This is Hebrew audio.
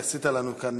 עשית לנו כאן